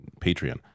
Patreon